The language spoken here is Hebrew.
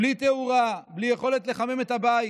בלי תאורה, בלי יכולת לחמם את הבית,